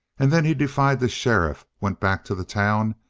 and then he defied the sheriff, went back to the town,